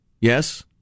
Yes